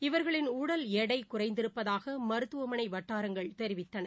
இவர்களின் உடல் எடைகுறைந்திருப்பதாகமருத்துமனைவட்டாரங்கள் தெரிவித்தன